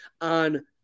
on